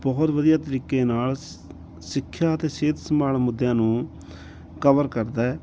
ਬਹੁਤ ਵਧੀਆ ਤਰੀਕੇ ਨਾਲ ਸ ਸਿੱਖਿਆ ਅਤੇ ਸਿਹਤ ਸੰਭਾਲ ਮੁੱਦਿਆਂ ਨੂੰ ਕਵਰ ਕਰਦਾ ਹੈ